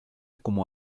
como